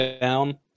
down